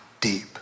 deep